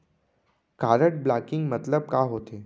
Card blocking मतलब का होथे?